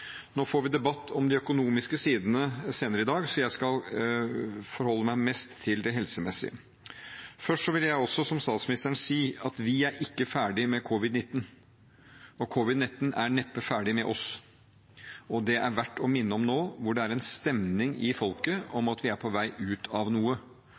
får debatt om de økonomiske sidene senere i dag, så jeg skal forholde meg mest til det helsemessige. Først vil jeg, som statsministeren, si at vi er ikke ferdig med covid-19. Covid-19 er neppe ferdig med oss. Det er verdt å minne om nå, hvor stemningen i folket er at vi er på vei ut av noe.